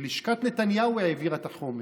שלשכת נתניהו העבירה את החומר.